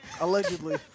Allegedly